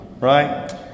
right